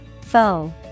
Foe